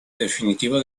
definitivo